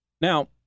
Now